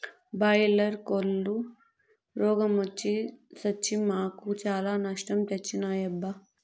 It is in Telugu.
బాయిలర్ కోల్లు రోగ మొచ్చి సచ్చి మాకు చాలా నష్టం తెచ్చినాయబ్బా